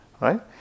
right